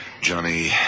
Johnny